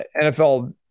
NFL